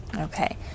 Okay